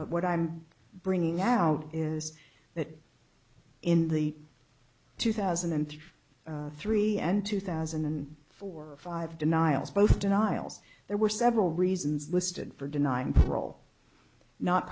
but what i'm bringing out is that in the two thousand and three and two thousand and four five denials both denials there were several reasons listed for denying parole not